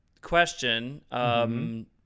Question